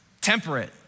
Temperate